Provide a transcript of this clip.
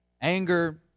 anger